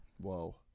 Whoa